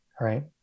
right